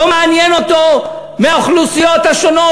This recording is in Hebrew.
לא מעניין אותו מהאוכלוסיות השונות